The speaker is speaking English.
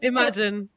Imagine